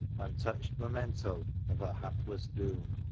untouched memento of her hapless doom!